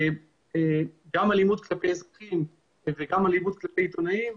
גם אלימות כלפי אזרחים וגם אלימות כלפי עיתונאים,